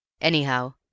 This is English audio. Anyhow